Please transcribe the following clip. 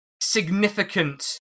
significant